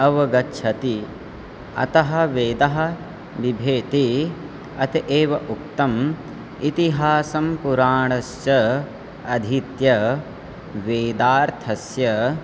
अवगच्छति अतः वेदः बिभेति अत एव उक्तम् इतिहासं पुराणस्य अधीत्य वेदार्थस्य